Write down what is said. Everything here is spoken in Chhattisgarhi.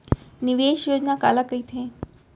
निवेश योजना काला कहिथे?